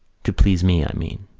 to please me, i mean.